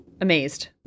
amazed